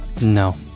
No